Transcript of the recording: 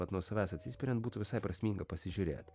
kad nuo savęs atsispiriant būtų visai prasminga pasižiūrėt